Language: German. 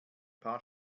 paar